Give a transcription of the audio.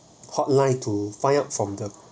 hotline to find out from the